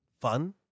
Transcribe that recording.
fun